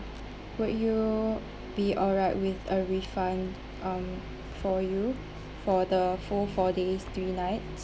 would you be alright with a refund um for you for the full four days three nights